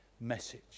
message